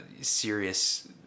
serious